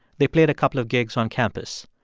they played a couple of gigs on campus.